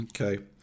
Okay